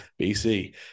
BC